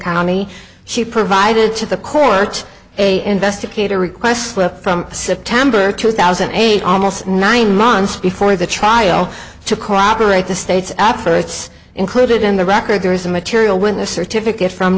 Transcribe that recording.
county she provided to the court a investigator request slip from september two thousand and eight almost nine months before the trial to corroborate the state's app for its included in the record there is a material witness certificate from